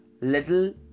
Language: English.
Little